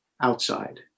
outside